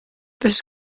this